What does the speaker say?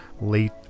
late